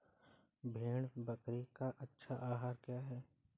भेड़ बकरी का अच्छा आहार क्या है?